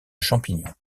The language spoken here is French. champignons